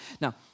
Now